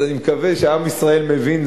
אז אני מקווה שעם ישראל מבין,